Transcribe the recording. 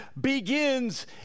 begins